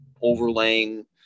overlaying